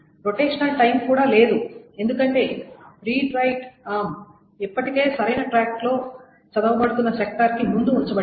rotational time కూడా లేదు ఎందుకంటే రీడ్ రైట్ ఆర్మ్ ఇప్పటికే సరైన ట్రాక్లో చదవబడుతున్న సెక్టార్కి ముందు ఉంచబడింది